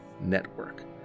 Network